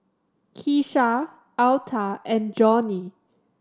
Kisha Alta and Johnie